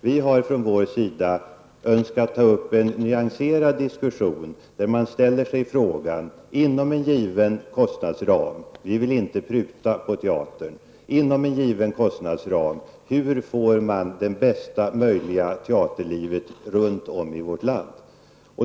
Vi från vår sida har önskat ta upp en nyanserad diskussion där man ställer sig frågan: Hur får man inom en given kostnadsram -- vi vill inte pruta på teatern -- det bästa möjliga teaterlivet runt om i vårt land?